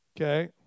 Okay